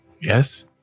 Yes